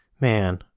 man